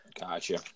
Gotcha